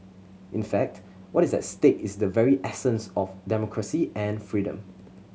in fact what is at stake is the very essence of democracy and freedom